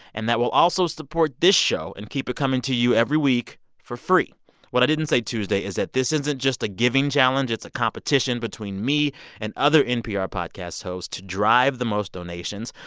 and that will also support this show and keep it coming to you every week for free what i didn't say tuesday is that this isn't just a giving challenge. it's a competition between me and other npr podcast hosts to drive the most donations.